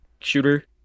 shooter